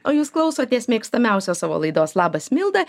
o jūs klausotės mėgstamiausios savo laidos labas milda